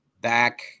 back